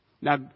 Now